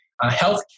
health